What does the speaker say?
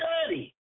study